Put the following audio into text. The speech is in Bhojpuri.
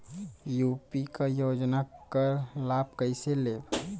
यू.पी क योजना क लाभ कइसे लेब?